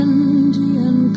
Indian